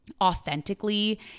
authentically